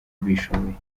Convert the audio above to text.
bishoboye